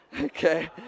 Okay